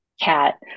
cat